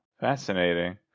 Fascinating